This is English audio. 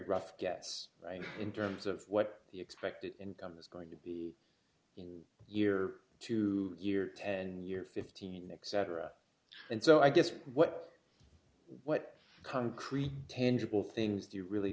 rough gets in terms of what the expected income is going to be in year to year and year fifteen next saturday and so i guess what what concrete tangible things do you really